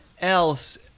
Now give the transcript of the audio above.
else